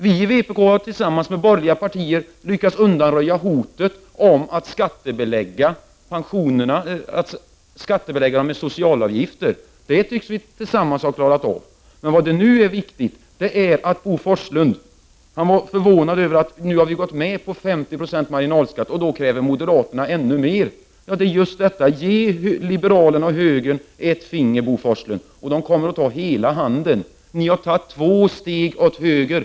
Vi i vpk har tillsammans med borgerliga partier lyckats undanröja hotet att pensionerna skattebeläggs genom socialavgifter. Det tycks vi alltså tillsammans ha klarat av. Bo Forslund var förvånad över att moderaterna, när socialdemokraterna nu har gått med på 50 26 marginalskatt, kräver ännu mera. Vad det är fråga om är just att om man ger liberalerna och högern ett finger, Bo Forslund, kommer de att ta hela handen. Ni har tagit två steg åt höger.